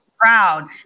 proud